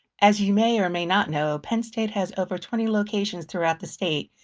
as you may or may not know, penn state has over twenty locations throughout the state.